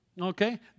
okay